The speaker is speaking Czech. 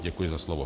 Děkuji za slovo.